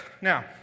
now